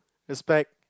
he's back